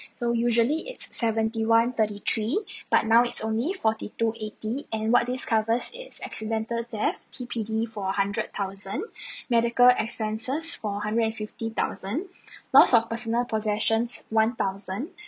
so usually it's seventy one thirty three but now it's only forty two eighty and what this covers is accidental death T_P_D for a hundred thousand medical expenses for hundred fifty thousand loss of personal possessions one thousand